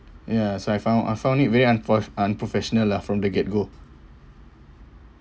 ya so I found I found it very unforch~ unprofessional lah from the get go